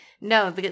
no